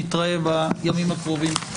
נתראה בימים הקרובים,